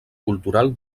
cultural